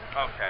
Okay